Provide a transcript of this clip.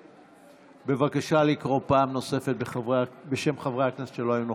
בעד בבקשה לקרוא פעם נוספת בשמות חברי הכנסת שלא היו נוכחים.